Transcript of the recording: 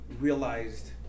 realized